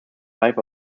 wife